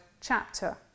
chapter